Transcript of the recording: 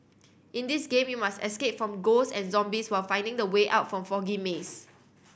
in this game you must escape from ghost and zombies while finding the way out from the foggy maze